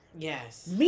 Yes